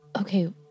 Okay